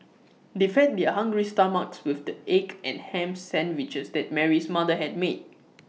they fed their hungry stomachs with the egg and Ham Sandwiches that Mary's mother had made